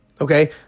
Okay